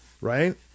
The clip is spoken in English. right